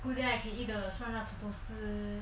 go there I can eat the 酸辣土豆丝 and what ah